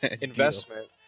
investment